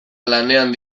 lanean